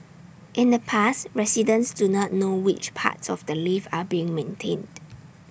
in the past residents do not know which parts of the lift are being maintained